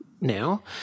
now